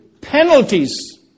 penalties